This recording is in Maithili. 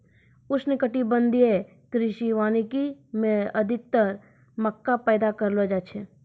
उष्णकटिबंधीय कृषि वानिकी मे अधिक्तर मक्का पैदा करलो जाय छै